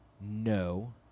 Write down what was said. no